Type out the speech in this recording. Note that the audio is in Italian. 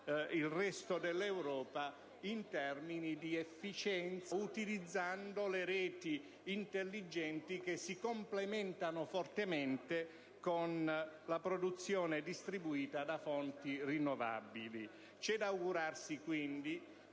il resto dell'Europa in termini di efficienza, utilizzando le reti intelligenti che si complementano fortemente con la produzione distribuita da fonti rinnovabili. C'è da augurarsi quindi